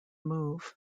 move